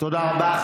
תודה רבה.